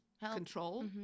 control